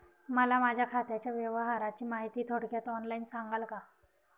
मला माझ्या खात्याच्या व्यवहाराची माहिती थोडक्यात ऑनलाईन सांगाल का?